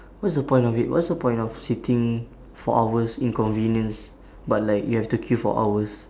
what's the point of it what's the point of sitting for hours inconvenience but like you have to queue for hours